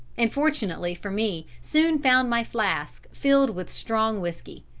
and fortunately for me soon found my flask filled with strong whiskey.